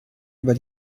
über